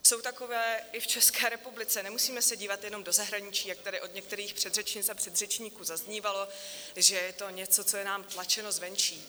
Jsou takové i v České republice, nemusíme se dívat jenom do zahraničí, jak tady od některých předřečnic a předřečníků zaznívalo, že je to něco, co je nám tlačeno zvenčí.